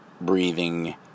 breathing